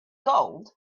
gold